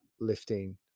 lifting